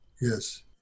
yes